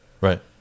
right